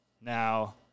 Now